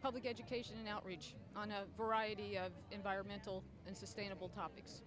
public education outreach on a variety of environmental and sustainable topics